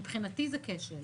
מבחינתי זה כשל.